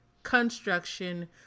construction